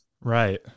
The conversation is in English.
right